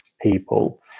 people